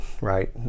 right